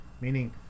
meaning